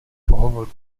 pohovoru